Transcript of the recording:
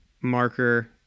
marker